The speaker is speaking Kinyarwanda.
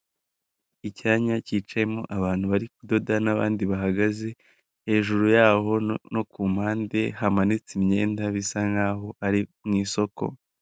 Icyanya kicayemo abantu bari kudoda n'abandi bahagaze hejuru yabo no ku mpande hamanitse imyenda bisa nkaho ari mu isoko.